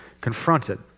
confronted